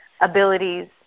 abilities